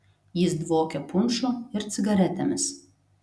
jis dvokė punšu ir cigaretėmis